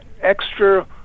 extra